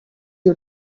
you